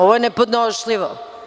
Ovo je nepodnošljivo.